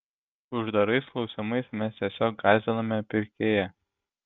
uždarais klausimais mes tiesiog gąsdiname pirkėją